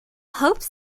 hopes